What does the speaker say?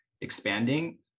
expanding